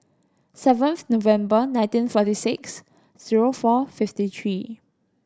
seventh November nineteen forty six zero four fifty three